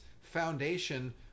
foundation